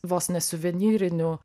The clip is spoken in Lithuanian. vos ne suvenyriniu